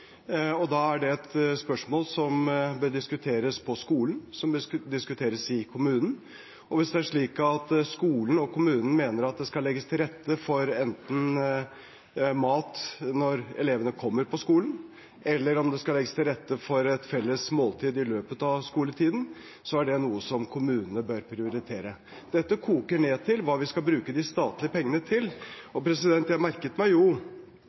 Da er det et spørsmål som bør diskuteres på skolen, som bør diskuteres i kommunen, og hvis det er slik at skolen og kommunen mener at det skal legges til rette for mat enten når elevene kommer på skolen, eller det skal legges til rette for et felles måltid i løpet av skoletiden, er det noe som kommunene bør prioritere. Dette koker ned til hva vi skal bruke de statlige pengene til. Jeg merket meg